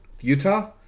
Utah